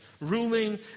ruling